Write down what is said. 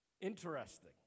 Interesting